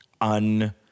un